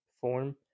form